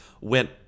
went